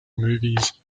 movies